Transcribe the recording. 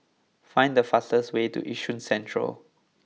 find the fastest way to Yishun Central